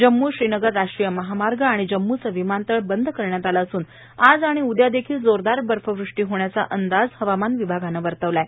जम्मू श्रीनगर राष्ट्रीय महामार्ग आणि जम्मूचं विमानतळ बंद करण्यात आलं असून आज आणि उद्या देखील जोरदार बर्फवृष्टी होण्याचा अंदाज हवामान विभागानं वर्तवला आहे